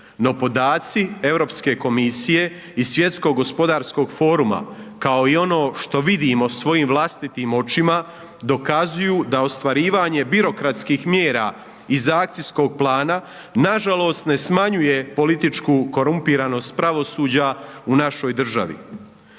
no podaci Europske komisije i Svjetskog gospodarskog foruma kao i ono što vidimo svojim vlastitim očima, dokazuju da ostvarivanje birokratskih mjera iz akcijskog plana nažalost ne smanjuje političku korumpiranost pravosuđa u našoj državi.